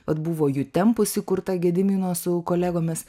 vat buvo jutempus įkurta gedimino su kolegomis